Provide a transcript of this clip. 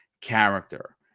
character